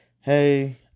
hey